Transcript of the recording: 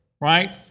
right